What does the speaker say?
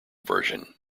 version